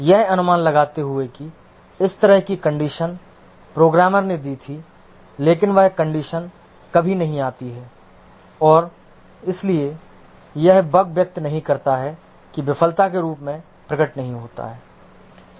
यह अनुमान लगाते हुए कि इस तरह की कंडीशन प्रोग्रामर ने दी थीं लेकिन वह कंडीशन कभी नहीं आती है और इसलिए यह बग व्यक्त नहीं करता है कि विफलता के रूप में प्रकट नहीं होता है